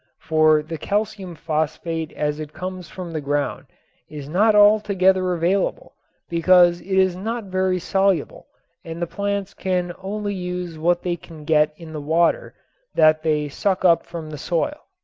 for the calcium phosphate as it comes from the ground is not altogether available because it is not very soluble and the plants can only use what they can get in the water that they suck up from the soil.